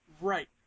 Right